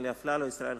אלי אפללו וישראל חסון.